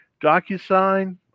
DocuSign